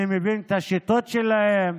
אני מבין את השיטות שלהם,